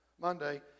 Monday